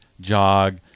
jog